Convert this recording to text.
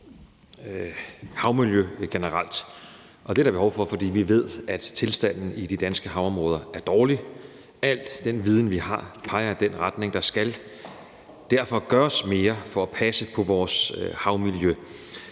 havmiljø generelt. Det er der behov for, for vi ved, at tilstanden i de danske havområder er dårlig. Al den viden, vi har, peger i den retning, og der skal derfor gøres mere for at passe på vores havmiljø.